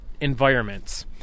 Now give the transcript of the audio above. environments